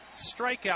Strikeout